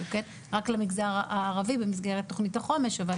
רק למגזר הערבי במסגרת תכנית החומש אבל